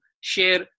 share